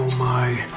my.